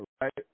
Right